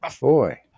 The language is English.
Boy